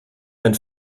mein